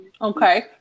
Okay